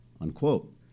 Unquote